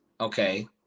Okay